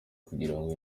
kugirango